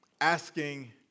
asking